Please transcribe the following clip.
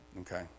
okay